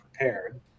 prepared